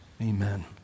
Amen